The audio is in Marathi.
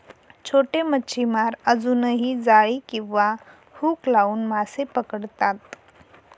छोटे मच्छीमार अजूनही जाळी किंवा हुक लावून मासे पकडतात